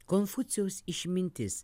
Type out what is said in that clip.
konfucijaus išmintis